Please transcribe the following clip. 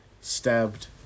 stabbed